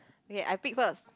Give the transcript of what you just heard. okay I pick first